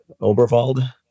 Oberwald